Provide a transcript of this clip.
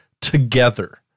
together